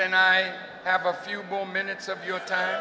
can i have a few more minutes of your time